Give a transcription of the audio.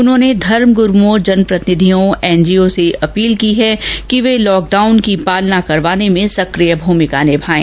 उन्होंने धर्मग्रूओं जनप्रतिनिधियों एनजीओ से अपील की कि वे लॉकडाउन की पालना करवाने में सकिय भूमिका निभाएं